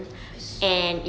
it's so